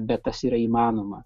bet tas yra įmanoma